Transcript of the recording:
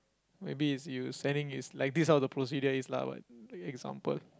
maybe is you sending is like this how the procedure is lah the example